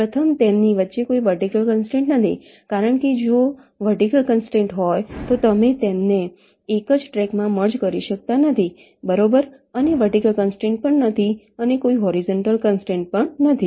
પ્રથમ તેમની વચ્ચે કોઈ વર્ટિકલ કન્સ્ટ્રેંટ નથી કારણ કે જો વર્ટિકલ કન્સ્ટ્રેંટ હોય તો તમે તેમને એક જ ટ્રેકમાં મર્જ કરી શકતા નથી બરોબર અને વર્ટિકલ કન્સ્ટ્રેંટ પણ નથી અને કોઈ હોરીઝોન્ટલ કન્સ્ટ્રેંટ પણ નથી